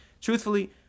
truthfully